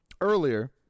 earlier